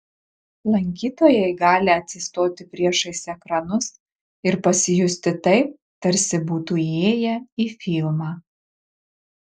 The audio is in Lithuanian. lankytojai gali atsistoti priešais ekranus ir pasijusti taip tarsi būtų įėję į filmą